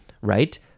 right